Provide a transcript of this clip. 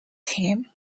him